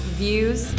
views